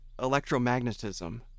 Electromagnetism